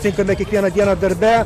taip kada kiekvieną dieną darbe